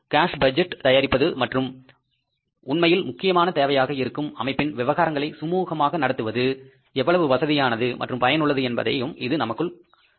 கேஸ்பட்ஜெட் தயாரிப்பது மற்றும் உண்மையில் முக்கியமான தேவையாக இருக்கும் அமைப்பின் விவகாரங்களை சுமுகமாக நடத்துவது எவ்வளவு வசதியானது மற்றும் பயனுள்ளது என்பதையும் இது நமக்குக் கூறுகிறது